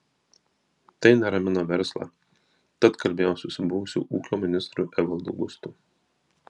tai neramina verslą tad kalbėjausi su buvusiu ūkio ministru evaldu gustu